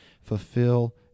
Fulfill